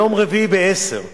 ביום רביעי בשעה 10:00,